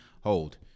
hold